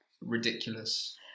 ridiculous